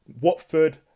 Watford